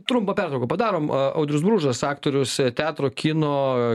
trumpą pertrauką padarom a audrius bružas aktorius a teatro kino